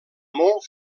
molt